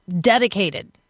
dedicated